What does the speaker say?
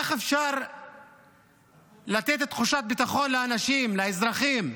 איך אפשר לתת תחושת ביטחון לאנשים, לאזרחים?